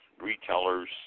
retailers